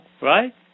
right